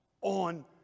on